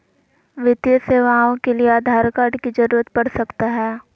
वित्तीय सेवाओं के लिए आधार कार्ड की जरूरत पड़ सकता है?